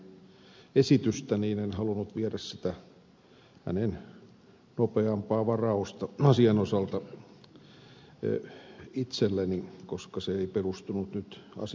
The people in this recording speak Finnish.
kankaanniemen esitystä niin en halunnut viedä hänen nopeampaa varaustaan asian osalta itselleni koska se ei perustunut nyt asian esittelyyn